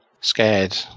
scared